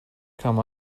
come